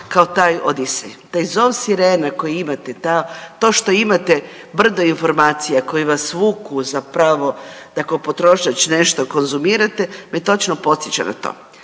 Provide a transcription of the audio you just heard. kao taj Odisej. Taj zove sirena kojim imate, to što imate brdo informacija koje vas vuku zapravo da kao potrošač nešto konzumirate me točno podsjeća na to.